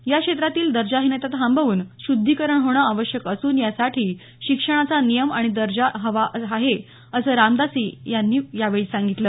या क्षेत्रातील दर्जाहीनता थांबवून शुद्धीकरण होणं आवश्यक असून यासाठी शिक्षणाचा नियम आणि दर्जा हवा आहे असं रामदासी यांनी यावेळी सांगितलं